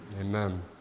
Amen